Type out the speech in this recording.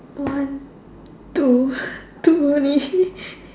one two two only